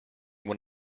when